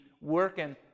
working